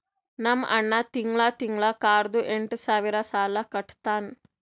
ನಮ್ ಅಣ್ಣಾ ತಿಂಗಳಾ ತಿಂಗಳಾ ಕಾರ್ದು ಎಂಟ್ ಸಾವಿರ್ ಸಾಲಾ ಕಟ್ಟತ್ತಾನ್